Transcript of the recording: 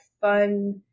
fun